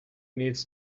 needs